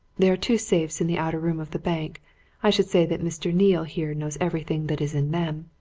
there are two safes in the outer room of the bank i should say that mr. neale here knows everything that is in them.